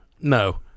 no